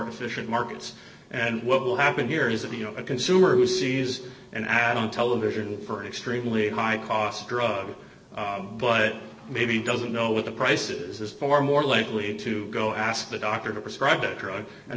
efficient markets and what will happen here is if you know a consumer who sees an ad on television for an extremely high cost drug but maybe doesn't know what the prices is far more likely to go ask a doctor to prescribe a drug and